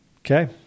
okay